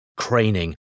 craning